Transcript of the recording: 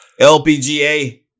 LPGA